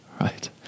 right